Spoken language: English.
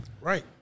right